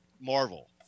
Marvel